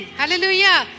Hallelujah